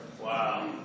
Wow